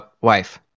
wife